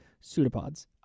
pseudopods